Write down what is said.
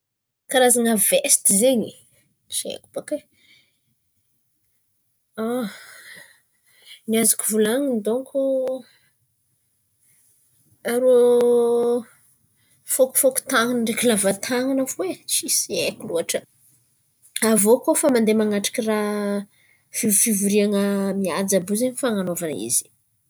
Karazana vesty zen̈y tsy haiko bàka ai, ny azoko volan̈in̈y dônko irô fôkifôky tàn̈ana ndraiky lava tàn̈ana fo ai tsy haiko loatra. Avô kôa fa mandeha manatriky raha fivofivoriana mihaja àby io zen̈y fan̈anaovana izy.